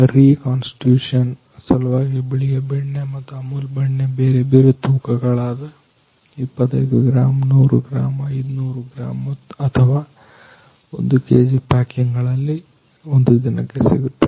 reconstitution ಸಲುವಾಗಿ ಬಿಳಿಯ ಬೆಣ್ಣೆ ಮತ್ತು ಅಮೂಲ್ ಬೆಣ್ಣೆ ಬೇರೆ ಬೇರೆ ತೂಕ ಗಳಾದ 25 ಗ್ರಾಮ್ 100 ಗ್ರಾಮ್ 500 ಗ್ರಾಮ್ ಅಥವಾ 1 ಕೆಜಿ ಪ್ಯಾಕಿಂಗ್ ಗಳಲ್ಲಿ ಒಂದು ದಿನಕ್ಕೆ ಸಿಗುತ್ತವೆ